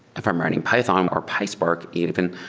if i'm writing python or pispark even,